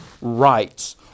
rights